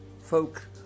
folk